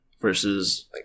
versus